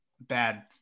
bad